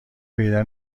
پیدا